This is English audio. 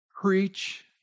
Preach